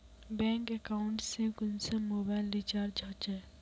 Bank account से कुंसम mobile recharge होचे?